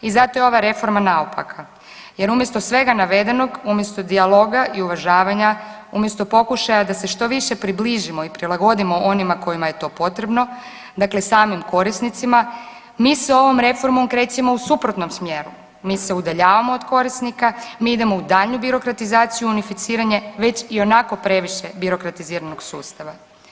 I zato je ova reforma naopaka, jer, umjesto svega navedenog, umjesto dijaloga i uvažavanja, umjesto pokušaja da se što više približimo i prilagodimo onima koji je to potrebno, dakle samim korisnicima, mi sa ovom reformom krećemo u suprotnom smjeru, mi se udaljavamo od korisnika, mi idemo u daljnju birokratizaciju i unificiranje već ionako previše birokratiziranog sustava.